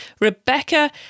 Rebecca